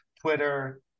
Twitter